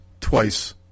twice